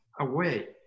away